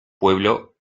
pueblo